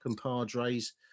compadres